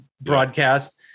broadcast